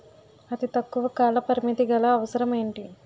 అతి తక్కువ కాల పరిమితి గల అవసరం ఏంటి